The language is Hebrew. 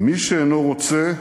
מי שאינו רוצה,